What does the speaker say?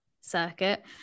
circuit